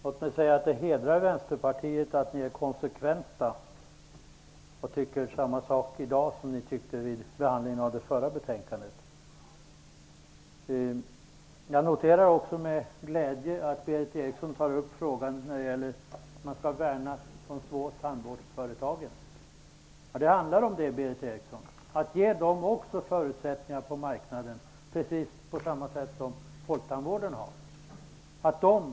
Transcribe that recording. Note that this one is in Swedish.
Herr talman! Det hedrar Vänsterpartiet att ni är konsekventa och tycker samma sak i dag som ni tyckte vid behandlingen av det förra betänkandet. Jag noterar också med glädje att Berith Eriksson tar upp frågan om att vi skall värna de små tandvårdsföretagen. Det handlar om att ge dem samma förutsättningar på marknaden som folktandvården har, Berith Eriksson.